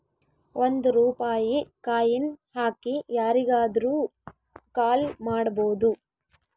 ಒಂದ್ ರೂಪಾಯಿ ಕಾಯಿನ್ ಹಾಕಿ ಯಾರಿಗಾದ್ರೂ ಕಾಲ್ ಮಾಡ್ಬೋದು